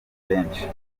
benshi